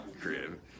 Crib